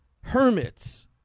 hermits